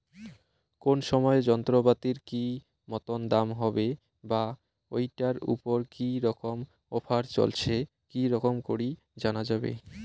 কোন সময় যন্ত্রপাতির কি মতন দাম হবে বা ঐটার উপর কি রকম অফার চলছে কি রকম করি জানা যাবে?